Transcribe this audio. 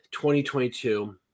2022